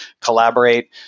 collaborate